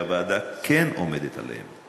שהוועדה כן עומדת עליהן,